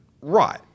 right